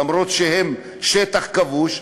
למרות שהם שטח כבוש,